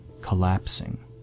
collapsing